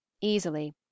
easily